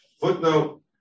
Footnote